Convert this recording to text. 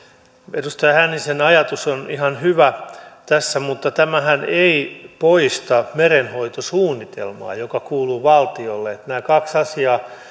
edustaja hännisen ajatus on ihan hyvä tässä mutta tämähän ei poista merenhoitosuunnitelmaa joka kuuluu valtiolle nämä kaksi asiaa